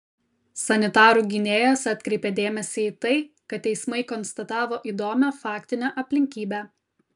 sanitarų gynėjas atkreipė dėmesį į tai kad teismai konstatavo įdomią faktinę aplinkybę